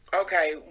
Okay